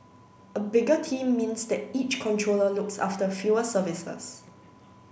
a bigger team means that each controller looks after fewer services